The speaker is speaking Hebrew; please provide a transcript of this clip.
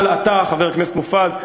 חבר הכנסת מופז,